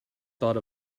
thought